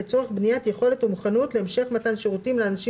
לצורך בניית יכולת ומוכנות להמשך מתן שירותים לאנשים